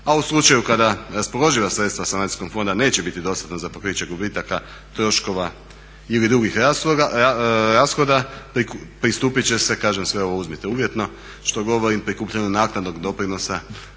a u slučaju kada raspoloživa sredstva sanacijskog fonda neće biti dostatna za pokriće gubitaka troškova ili drugih rashoda pristupiti će se, kažem sve ovo uzmite uvjetno što govorim, prikupljeno naknadnog doprinosa